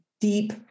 deep